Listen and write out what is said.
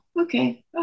okay